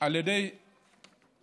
על ידי המשטרה.